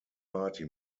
party